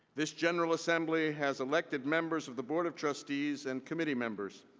this general assembly has elected members of the board of trustees and committee members.